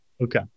Okay